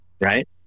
right